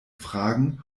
fragen